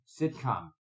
sitcom